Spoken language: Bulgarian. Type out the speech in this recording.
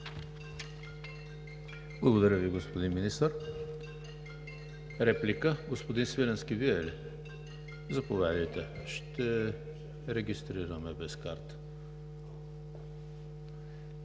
Благодаря Ви, господин Министър. Реплика? Господин Свиленски, заповядайте. Ще регистрираме „без карта“.